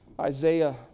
Isaiah